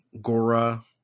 Gora